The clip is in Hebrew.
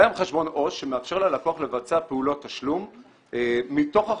קיים חשבון עו"ש שמאפשר ללקוח לבצע פעולות תשלום מתוך החשבון,